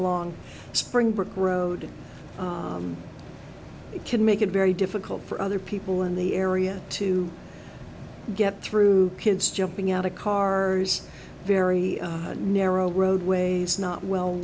along spring brick road it can make it very difficult for other people in the area to get through kids jumping out of cars very narrow roadways not well